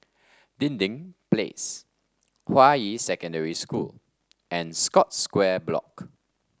Dinding Place Hua Yi Secondary School and Scotts Square Block